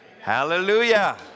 Hallelujah